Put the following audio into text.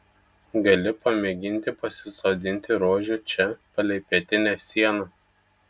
gali pamėginti pasisodinti rožių čia palei pietinę sieną